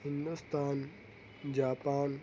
Hindustan Japan